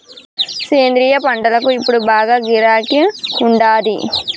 సేంద్రియ పంటలకు ఇప్పుడు బాగా గిరాకీ ఉండాది